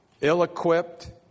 ill-equipped